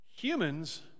humans